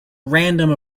random